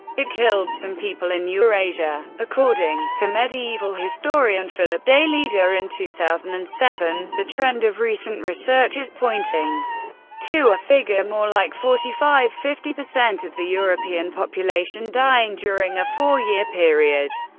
it killed some people in eurasia. according to medieval historian philip daileader in two thousand and seven the trend of recent research is pointing to a figure more like forty five fifty of the european population dying during a four-year period.